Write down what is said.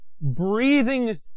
breathing